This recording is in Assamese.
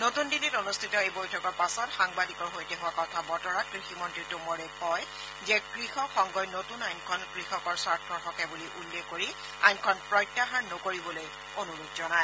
নতুন দিন্নীত অনুষ্ঠিত এই বৈঠকৰ পাছত সাংবাদিকৰ সৈতে হোৱা কথা বতৰাত কৃষিমন্ত্ৰী শ্ৰীটোমৰে কয় যে কৃষক সংঘই নতুন আইনখন কৃষকৰ স্বাৰ্থৰ হকে বুলি উল্লেখ কৰি আইনখন প্ৰত্যাহাৰ নকৰিবলৈ অনূৰোধ জনায়